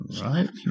Right